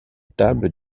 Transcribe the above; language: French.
table